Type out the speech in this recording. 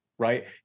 right